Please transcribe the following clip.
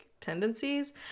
tendencies